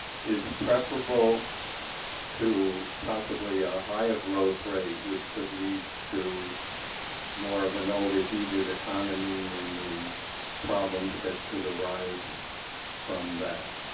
is preferable to possibly a higher growth rate which could lead to more of an overheated economy, and the problems that could arise from that?